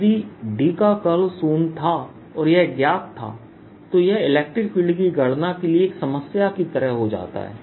यदिD का कर्ल शून्य था और यह ज्ञात था तो यह इलेक्ट्रिक फील्ड की गणना के लिए एक समस्या की तरह हो जाता है